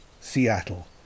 Seattle